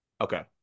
Okay